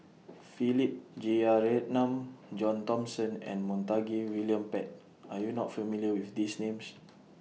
Philip Jeyaretnam John Thomson and Montague William Pett Are YOU not familiar with These Names